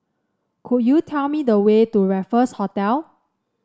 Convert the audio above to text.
could you tell me the way to Raffles Hotel